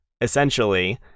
essentially